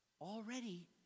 already